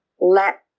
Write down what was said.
let